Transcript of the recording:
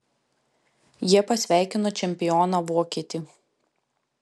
jie pasveikino čempioną vokietį